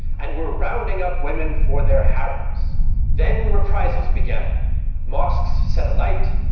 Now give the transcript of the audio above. and were rounding up women for their harems then reprisals began mosques set alight,